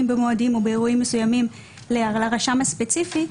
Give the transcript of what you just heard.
במועדים או באירועים מסוימים לרשם הספציפי,